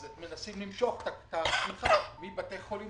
אז מנסים למשוך את השמיכה מבתי חולים